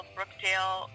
Brookdale